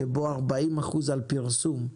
שבו 40% על פרסום,